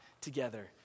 together